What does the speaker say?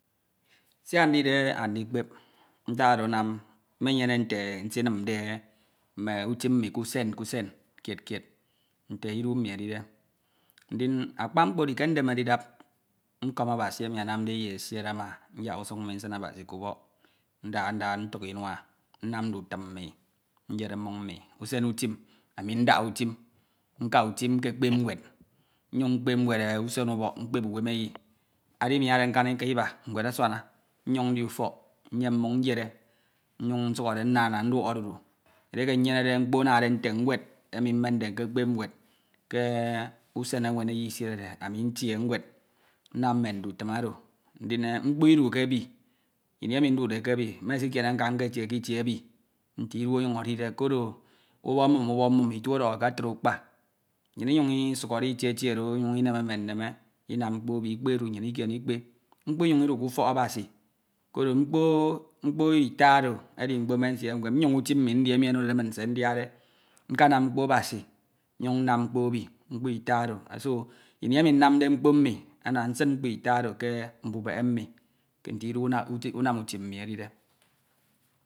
. Siak ndide andikpep, ntak oro anam mmenyene nte nsinimde mme utim mmi ke usen ke ufen kied kied nte idu mmi edide Ndin akpa mkpo edi ke ndemede idap, nkọrn Abasi emi anaorade eyi esiere ama, nyak ubuñ mmi nsin Abasi ke ubọk. Ndaha nda ntik imua, anam ndutim mmi, nyeremmoñ mmi usem utrm, ame ndaña utin, nka utim nkekpep nwed, nnyuñ mkpep nwed usen ubọte nkpep uwemeyi. Adimiade nkaika iba nwed asuana, nyoñ ndi ufọk, nyem mmoñ nyere nnyuñ nsuk hore nnana nduọk odudu nte nwed emi mmende nkekpe nued ke usen ewen eyi isierede ami ntie nwed, naam mme ndutun oro. Ndin mkpo idus ke ebi, ini emi ndude ke ebi mesikiae nka nketie ke itie ebi nte idu onyuñ edide koro ubọk mum, ubọk nucm ito ọdọhọ ke atid ukpa Nnyin inyuñ mme nneme inam mkpo ebi ikpe edu, nnyin ikiene ikpe. Mkpo myuñ idu ke ufok Abasi, koro mmpo mkpo ita oro edi mkpo me nsie he mfep, nnyoñ uyim mi ndi enu onode min se ndiade, nkanam mkpo Abasi, nnyuñ nnam mkpo ebi, ntak oro so ini emi nnamde mkpo mme ana nsin mkpo ita oro ke mbubebe nte idu wnam utim mmi edide.